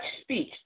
speech